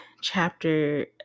chapter